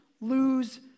lose